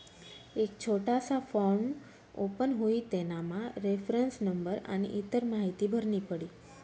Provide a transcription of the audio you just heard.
एक छोटासा form open हुई तेनामा रेफरन्स नंबर आनी इतर माहीती भरनी पडी